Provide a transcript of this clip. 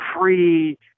free